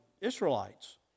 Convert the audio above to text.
Israelites